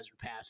Pass